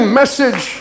message